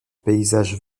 paysage